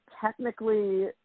Technically